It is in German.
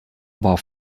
war